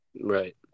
Right